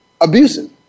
abusive